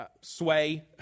sway